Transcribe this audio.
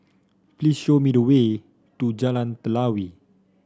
please show me the way to Jalan Telawi